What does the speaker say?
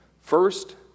First